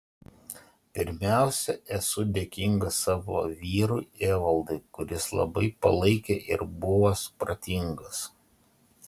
pirmiausia esu dėkinga savo vyrui evaldui kuris labai palaikė ir buvo supratingas